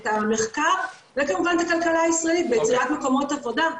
את המחקר וכמובן את הכלכלה הישראלית ביצירת מקומות עבודה,